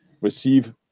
receive